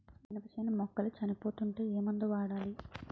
మినప చేను మొక్కలు చనిపోతూ ఉంటే ఏమందు వాడాలి?